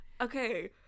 Okay